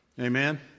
Amen